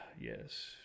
yes